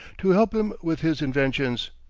to help him with his inventions.